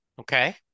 Okay